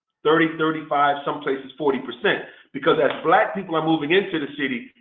thirty, thirty five some places forty percent because as black people are moving into the city,